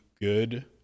good